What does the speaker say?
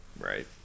Right